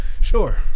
Sure